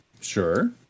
Sure